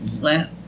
let